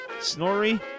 Snorri